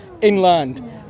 inland